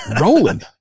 rolling